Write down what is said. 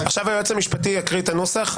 עכשיו היועץ המשפטי יקרא את הנוסח.